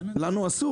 אסור לנו.